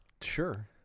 Sure